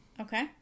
okay